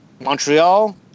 Montreal